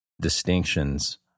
distinctions